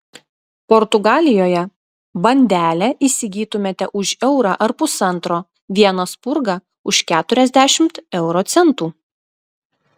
portugalijoje bandelę įsigytumėte už eurą ar pusantro vieną spurgą už keturiasdešimt euro centų